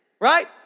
Right